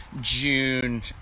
june